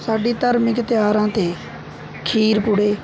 ਸਾਡੀ ਧਾਰਮਿਕ ਤਿਉਹਾਰਾਂ 'ਤੇ ਖੀਰ ਪੂੜੇ